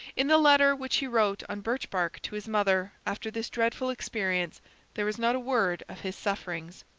in the letter which he wrote on birch-bark to his mother after this dreadful experience there is not a word of his sufferings.